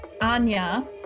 Anya